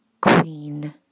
queen